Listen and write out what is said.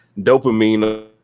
dopamine